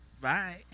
bye